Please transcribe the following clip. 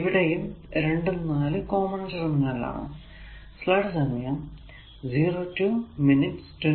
ഇവിടെയും 2 ഉം 4 ഉം കോമൺ ടെർമിനൽ ആണ്